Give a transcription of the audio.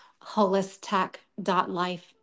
holistech.life